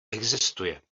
existuje